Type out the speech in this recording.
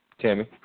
Tammy